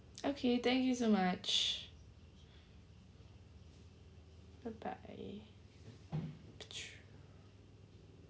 okay thank you so much bye bye